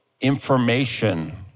information